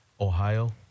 Ohio